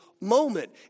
moment